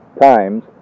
times